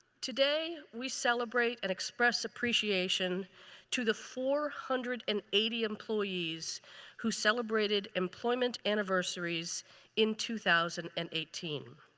today we celebrate and express appreciation to the four hundred and eighty employees who celebrated employment anniversaries in two thousand and eighteen.